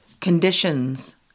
conditions